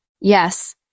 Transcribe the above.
Yes